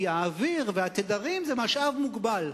כי האוויר והתדרים זה משאב מוגבל.